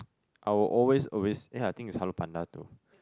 I will always always eh I think it's Hello Panda too